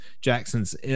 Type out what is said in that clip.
Jackson's